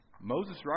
Moses